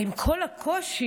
עם כל הקושי,